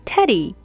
Teddy